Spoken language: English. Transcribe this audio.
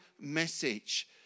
message